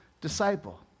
disciple